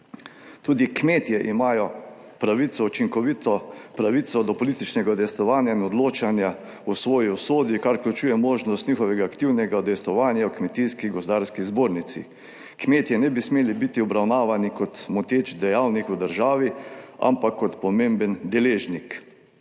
Tudi kmetje imajo učinkovito pravico do političnega udejstvovanja in odločanja o svoji usodi, kar vključuje možnost njihovega aktivnega udejstvovanja v Kmetijsko gozdarski zbornici. Kmetje ne bi smeli biti obravnavani kot moteč dejavnik v državi, ampak kot pomemben deležnik.